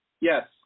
Yes